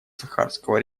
сахарского